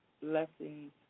blessings